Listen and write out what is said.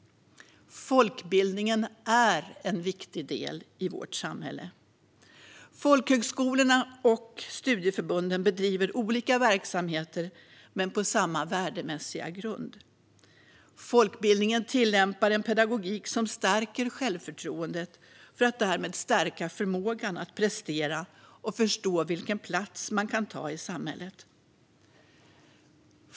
Folkbildningen är en viktig del i vårt samhälle. Folkhögskolorna och studieförbunden bedriver olika verksamheter, men på samma värdemässiga grund. Folkbildningen tillämpar en pedagogik som stärker självförtroendet för att därmed stärka förmågan att prestera och förstå vilken plats man kan ta i samhället.